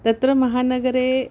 तत्र महानगरे